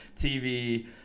TV